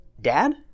Dad